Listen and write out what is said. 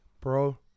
bro